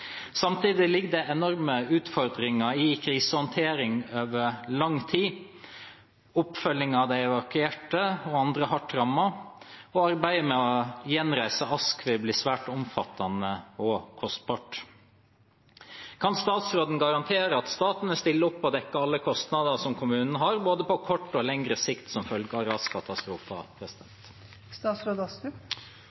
Samtidig ligger det enorme utfordringer i krisehåndtering over lang tid og oppfølging av evakuerte og andre hardt ramma, og arbeidet med å gjenreise Ask vil bli svært omfattende og kostbart. Kan statsråden garantere at staten vil stille opp og dekke alle kostnader som kommunen har både på kort og lengre sikt som følge av